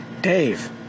Dave